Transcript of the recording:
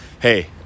hey